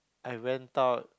I went out